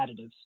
additives